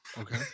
okay